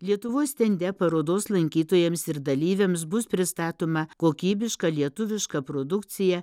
lietuvos stende parodos lankytojams ir dalyviams bus pristatoma kokybiška lietuviška produkcija